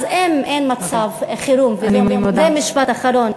אין מצב חירום, אני מודה, זה משפט אחרון.